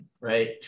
Right